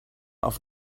auf